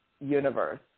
universe